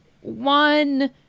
one